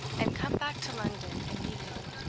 and come back to london immediately.